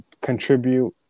contribute